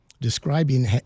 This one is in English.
describing